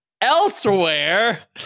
elsewhere